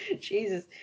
Jesus